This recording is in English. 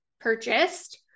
purchased